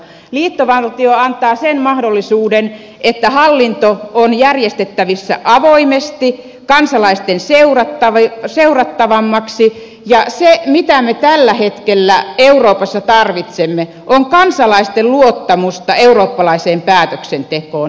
liittovaltio antaa sen mahdollisuuden että hallinto on järjestettävissä avoimesti kansalaisten seurattavaksi ja se mitä me tällä hetkellä euroopassa tarvitsemme on kansalaisten luottamus eurooppalaiseen päätöksentekoon